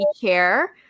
Chair